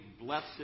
blessed